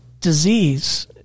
disease